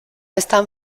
están